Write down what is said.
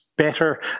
better